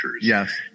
Yes